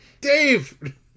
Dave